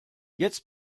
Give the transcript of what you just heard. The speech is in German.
jetzt